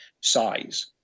size